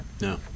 No